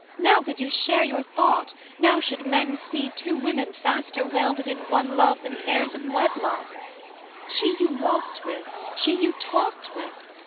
now could you share your thought now should men see two women faster welded in one love than pairs of wedlock she you walked with, she you talked with,